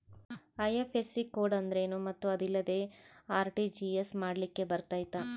IFSC code ಅಂದ್ರೇನು ಮತ್ತು ಅದಿಲ್ಲದೆ ಆರ್.ಟಿ.ಜಿ.ಎಸ್ ಮಾಡ್ಲಿಕ್ಕೆ ಬರ್ತೈತಾ?